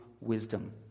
wisdom